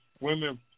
women